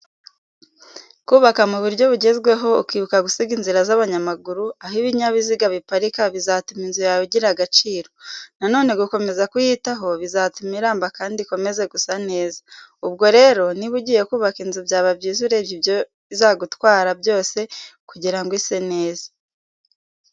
Kubaka mu buryo bugezweho, ukibuka gusiga inzira z'abanyamaguru, aho ibinyabiziga biparika bizatuma inzu yawe igira agaciro. Na none gukomeza kuyitaho bizatuma iramba kandi ikomeze gusa neza. Ubwo rero niba ugiye kubaka inzu byaba byiza urebye ibyo izagutwara byose kugira ngo ise neza.